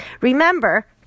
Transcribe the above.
Remember